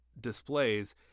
displays